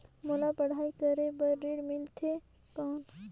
मोला पढ़ाई करे बर ऋण मिलथे कौन?